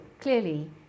clearly